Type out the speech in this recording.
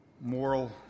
moral